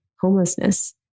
homelessness